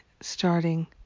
starting